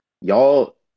y'all